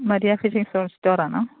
Maria Fiji സോ store ആണോ